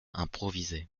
improvisées